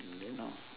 mm you know